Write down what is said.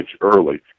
early